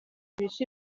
bice